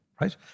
Right